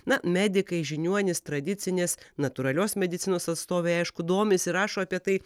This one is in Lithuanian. na medikai žiniuonis tradicinės natūralios medicinos atstovai aišku domisi rašo apie tai